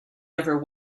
ever